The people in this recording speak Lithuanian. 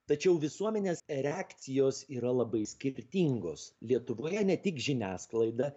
tačiau visuomenės reakcijos yra labai skirtingos lietuvoje ne tik žiniasklaida